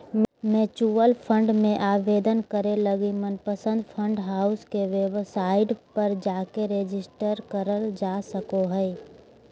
mutual fund मे आवेदन करे लगी मनपसंद फंड हाउस के वेबसाइट पर जाके रेजिस्टर करल जा सको हय